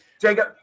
Jacob